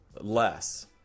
less